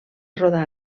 rodar